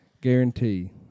guarantee